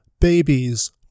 Babies